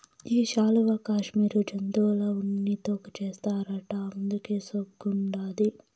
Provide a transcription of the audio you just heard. ఈ శాలువా కాశ్మీరు జంతువుల ఉన్నితో చేస్తారట అందుకే సోగ్గుండాది